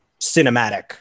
cinematic